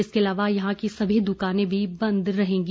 इसके अलावा यहां की सभी दुकाने भी बंद रहेगी